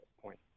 point